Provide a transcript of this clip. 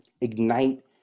ignite